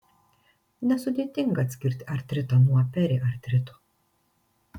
nesudėtinga atskirti artritą nuo periartrito